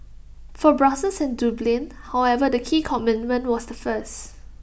for Brussels and Dublin however the key commitment was the first